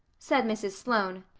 said mrs. sloane.